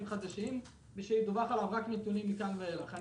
חדשים ושידווחו עליו רק נתונים מכאן ואילך.